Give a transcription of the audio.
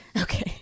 Okay